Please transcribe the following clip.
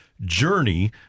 Journey